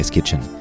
Kitchen